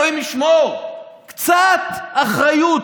אלוהים ישמור, קצת אחריות.